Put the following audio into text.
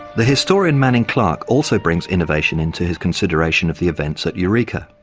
the historian manning clark also brings innovation into his consideration of the events at eureka.